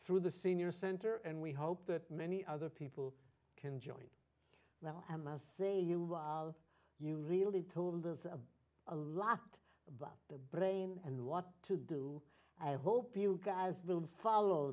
through the senior center and we hope that many other people can join where i am a say you while you really told us a a lot about the brain and what to do i hope you guys will follow